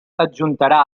adjuntarà